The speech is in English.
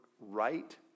right